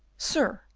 sir,